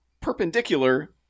perpendicular